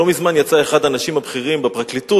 לא מזמן יצא אחד האנשים הבכירים בפרקליטות